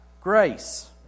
grace